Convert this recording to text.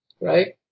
right